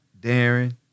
Darren